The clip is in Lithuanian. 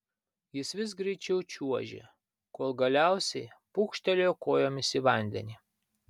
jis vis greičiau čiuožė kol galiausiai pūkštelėjo kojomis į vandenį